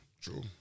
true